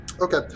Okay